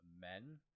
men